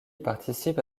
participe